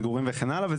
מגורים וכן הלאה.